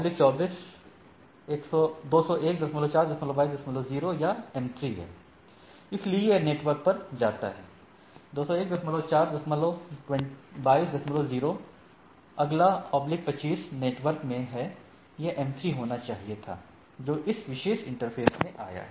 24 2014220 यह m3 है इसलिए यह इस नेटवर्क पर जाता है 2014220 अगला 25 नेटवर्क में है यह m3 होना चाहिए था जो इस विशेष इंटरफ़ेसमें आया